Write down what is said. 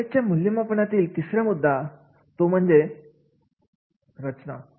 कार्याच्या मूल्यमापन यांमधील तिसरा मुद्दा तो म्हणजे रचना